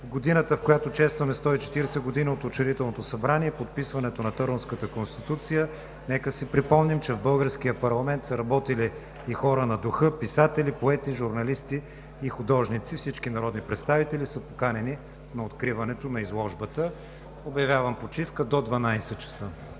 годината, в която честваме 140 години от Учредителното събрание и подписването на Търновската конституция, нека си припомним, че в българския парламент са работили и хора на духа – писатели, поети, журналисти и художници. Всички народни представители са поканени на откриването на изложбата. Обявявам почивка до 12,00 ч.